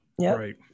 right